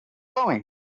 going